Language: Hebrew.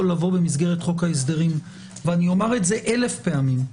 לבוא במסגרת חוק ההסדרים ואומר את זה אלף פעמים.